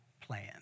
plan